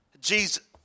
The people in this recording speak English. Jesus